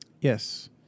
Yes